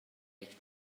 eich